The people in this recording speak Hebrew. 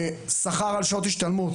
שכר על שעות השתלמות.